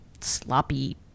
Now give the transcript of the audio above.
sloppy